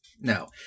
No